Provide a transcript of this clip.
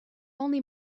only